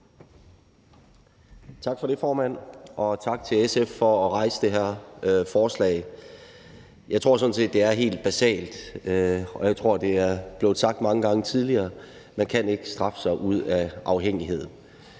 Tak for det, formand, og tak til SF for at fremsætte det her forslag. Jeg tror sådan set, det er helt basalt, og jeg tror, det er blevet sagt mange gange tidligere, at man ikke kan straffe folk ud af afhængighed.